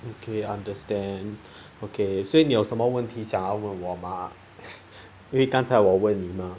okay understand okay 所以你有什么问题想要问我嘛因为刚才我问你嘛